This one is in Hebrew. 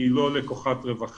כי היא לא לקוחת רווחה,